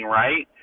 right